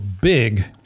big